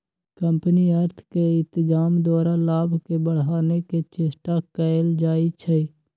company अर्थ के इत्जाम द्वारा लाभ के बढ़ाने के चेष्टा कयल जाइ छइ